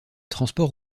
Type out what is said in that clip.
transports